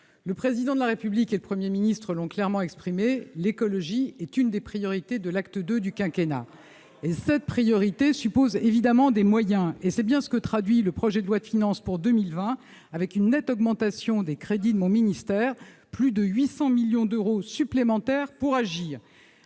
le Président de la République et le Premier ministre l'ont clairement exprimé : l'écologie est l'une des priorités de l'acte II du quinquennat. Cette priorité suppose évidemment des moyens. C'est bien ce que traduit le projet de loi de finances pour 2020, avec une nette augmentation des crédits de mon ministère : plus de 800 millions d'euros supplémentaires pour agir.